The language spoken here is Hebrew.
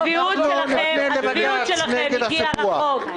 הצביעות שלכם הגיעה רחוק.